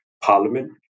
parliament